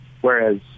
Whereas